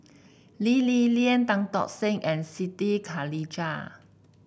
Lee Li Lian Tan Tock Seng and Siti Khalijah